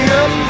up